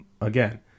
again